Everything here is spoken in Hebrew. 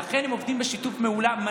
עובדים בשיתוף פעולה, וזה גם ראוי שזה ככה.